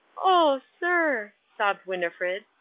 oh, sir, sobbed winnifred,